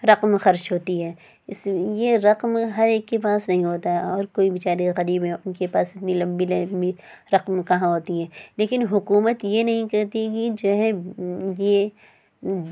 رقم خرچ ہوتی ہے اس یہ رقم ہر ایک کے پاس نہیں ہوتا اور کوئی بیچارے غریب ہیں ان کے پاس اتنی لمبی لمبی رقم کہاں ہوتی ہے لیکن حکومت یہ نہیں کہتی کہ جو ہے یہ